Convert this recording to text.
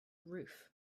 roof